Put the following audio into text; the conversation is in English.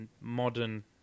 modern